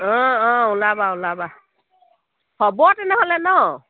অঁ অঁ ওলাবা ওলাবা হ'ব তেনেহ'লে ন